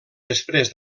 després